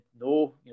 no